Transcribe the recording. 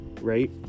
right